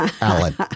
Alan